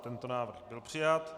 Tento návrh byl přijat.